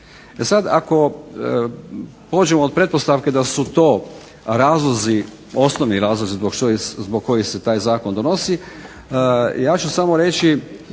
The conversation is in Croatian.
sad, ako pođemo od pretpostavke da su to razlozi, osnovni razlozi zbog kojih se taj zakon donosi ja ću samo reći